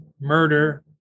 murder